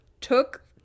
took